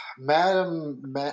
Madam